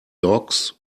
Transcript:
dogs